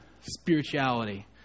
spirituality